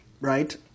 right